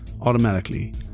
automatically